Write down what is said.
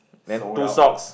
sold out